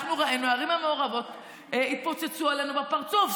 הערים המעורבות התפוצצו עלינו בפרצוף.